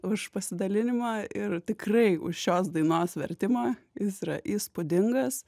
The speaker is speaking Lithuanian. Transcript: už pasidalinimą ir tikrai už šios dainos vertimą jis yra įspūdingas